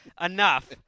enough